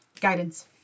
Guidance